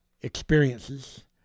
experiences